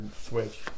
Switch